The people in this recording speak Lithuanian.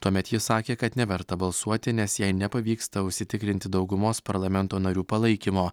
tuomet ji sakė kad neverta balsuoti nes jei nepavyksta užsitikrinti daugumos parlamento narių palaikymo